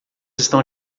estão